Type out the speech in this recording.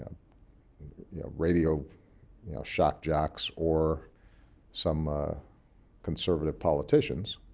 um yeah radio yeah shock jocks, or some conservative politicians,